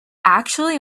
actually